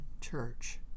church